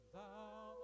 Thou